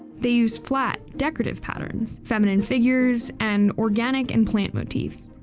they used flat, decorative patterns, feminine figures, and organic and plant motifs,